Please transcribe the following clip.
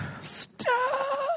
Stop